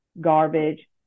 garbage